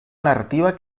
narrativa